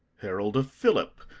herald of phillip,